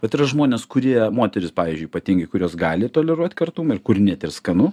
vat yra žmonės kurie moterys pavyzdžiui ypatingai kurios gali toleruot kartumą ir kur net ir skanu